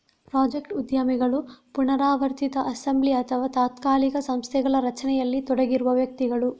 project ಉದ್ಯಮಿಗಳು ಪುನರಾವರ್ತಿತ assembly ಅಥವಾ ತಾತ್ಕಾಲಿಕ ಸಂಸ್ಥೆಗಳ ರಚನೆಯಲ್ಲಿ ತೊಡಗಿರುವ ವ್ಯಕ್ತಿಗಳು